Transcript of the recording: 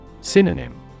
Synonym